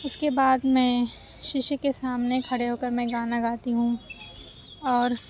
اُس کے بعد میں شیشے کے سامنے کھڑے ہو کر میں گانا گاتی ہوں اور